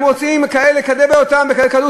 אתם רוצים לקבל אותם בקלות,